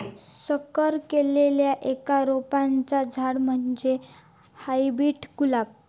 संकर केल्लल्या एका रोपाचा झाड म्हणजे हायब्रीड गुलाब